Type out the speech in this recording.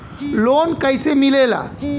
Loan कईसे मिलेला?